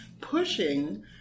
pushing